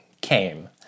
came